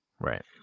Right